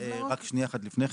רק שנייה אחת לפני,